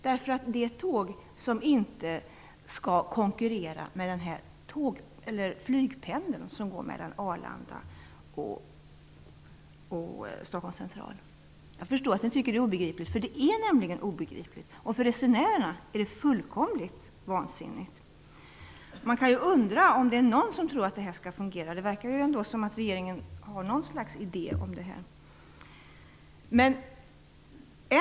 Det är ett tåg som inte skall konkurrera med flygpendeln som går mellan Jag förstår att ni tycker att det är obegripligt, för det är nämligen obegripligt. För resenärerna är det fullkomligt vansinnigt. Man kan ju undra om det är någon som tror att det skall fungera. Det verkar ju ändå som att regeringen har något slags idé om det.